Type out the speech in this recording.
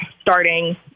starting